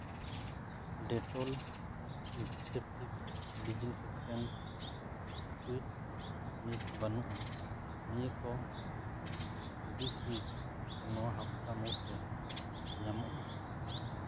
Dettol antiseptic disinfectant liquid ᱱᱤᱛ ᱵᱟᱹᱱᱩᱜᱼᱟ ᱱᱤᱭᱟᱹ ᱠᱚ ᱫᱤᱥ ᱩᱭᱤᱠ ᱥᱮ ᱱᱚᱣᱟ ᱦᱟᱯᱛᱟ ᱢᱩᱫᱽᱨᱮ ᱧᱟᱢᱚᱜᱼᱟ